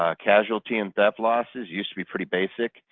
ah casualty and theft losses, used to be pretty basic.